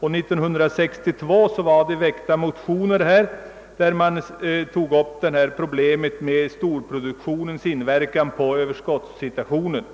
År 1962 väcktes motioner rörande problemet med storproduktionens inverkan på överskottssituationen.